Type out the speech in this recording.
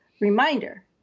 reminder